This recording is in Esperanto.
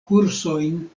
kursojn